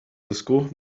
فیروزکوه